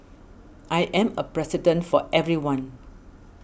I am a President for everyone